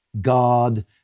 God